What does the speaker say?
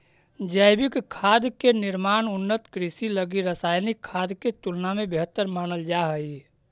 जैविक खाद के निर्माण उन्नत कृषि लगी रासायनिक खाद के तुलना में बेहतर मानल जा हइ